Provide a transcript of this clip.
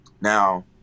Now